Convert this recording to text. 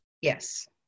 Yes